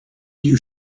you